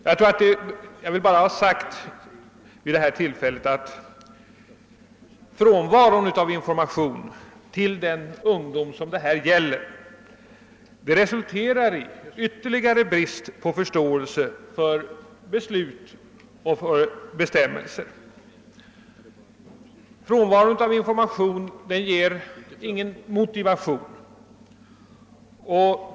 Jag vill bara ha sagt vid detta tillfälle att frånvaron av information till den ungdom som det här gäller resulterar i ytterligare brist på förståelse för beslut och bestämmelser. Frånvaron av information ger ingen motivation.